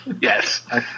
Yes